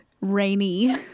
rainy